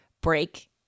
break